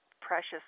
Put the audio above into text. precious